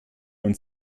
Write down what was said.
und